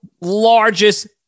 largest